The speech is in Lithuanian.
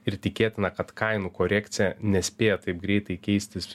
ir tikėtina kad kainų korekcija nespėja taip greitai keistis